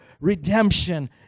redemption